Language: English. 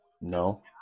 No